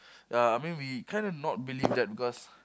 ya I mean we kind of not believe that because